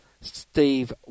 Steve